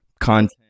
content